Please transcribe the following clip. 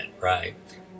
right